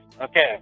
okay